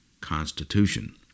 Constitution